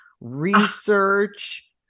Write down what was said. research